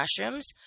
mushrooms